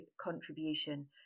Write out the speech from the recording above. contribution